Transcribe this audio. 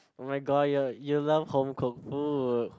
[oh]-my-god you you love home cook food